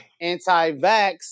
anti-vax